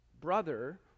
brother